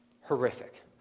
horrific